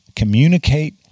communicate